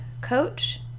coach